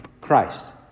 Christ